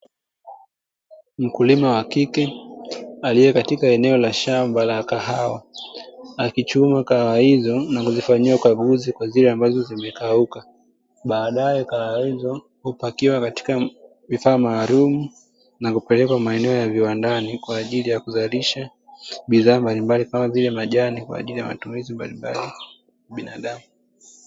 Mkulima wa kike aliye katika eneo la shamba la kahawa, akichuma kahawa hizo na kuzifanyia ukaguzi kwa zile ambazo zimekauka. Baadye kahawa hizo hupakiwa katika vifaa maalumu na kupelekwa maeneo ya viwandani, kwa ajili ya kuzalisha bidhaa mbalimbali kama vile majani, kwa ajili ya matumizi mbalimbali ya binadamu.